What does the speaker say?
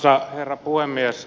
arvoisa herra puhemies